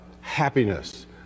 happiness